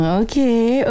okay